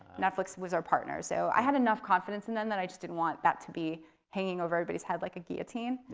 netflix was our partner. so i had enough confidence in them that i just didn't want that to be hanging over everybody's head like a guillotine.